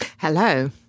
Hello